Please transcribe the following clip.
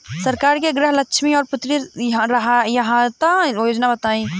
सरकार के गृहलक्ष्मी और पुत्री यहायता योजना बताईं?